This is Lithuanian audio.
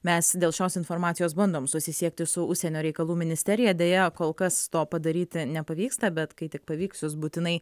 mes dėl šios informacijos bandom susisiekti su užsienio reikalų ministerija deja kol kas to padaryti nepavyksta bet kai tik pavyks jūs būtinai